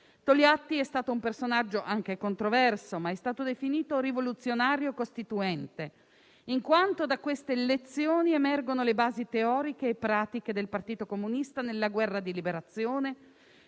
Togliatti è stato un personaggio anche controverso, ma è stato definito "rivoluzionario costituente", in quanto da queste «Lezioni» emergono le basi teoriche e pratiche del Partito Comunista nella guerra di liberazione